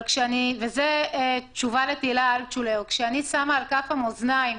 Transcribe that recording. זו תשובה לתהילה אלטשולר: כשאני שמה על כף המאזניים,